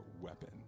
weapon